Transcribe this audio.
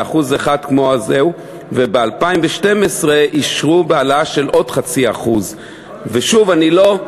ב-1%, וב-2012 אישרו העלאה של עוד 0.5%. בשלטון.